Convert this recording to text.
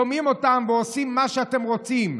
שומעים אותם ועושים מה שאתם רוצים.